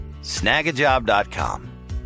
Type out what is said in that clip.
Snagajob.com